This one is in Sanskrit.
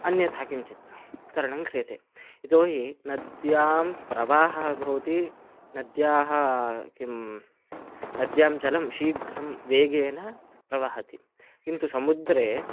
अन्यथा किञ्चित् तरणं क्रियते यतो हि नद्यां प्रवाहः भवति नद्याः किं नद्यां जलं शीघ्रं वेगेन प्रवहति किन्तु समुद्रे